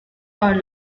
are